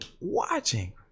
watching